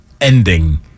ending